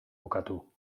bukatu